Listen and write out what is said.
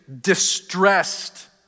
distressed